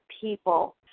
people